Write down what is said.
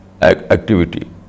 activity